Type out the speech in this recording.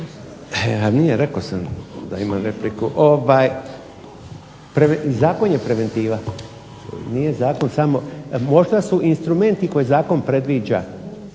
Jerko (HDZ)** Zakon je preventiva. Nije zakon samo, možda su instrumenti koje zakon predviđa